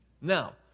Now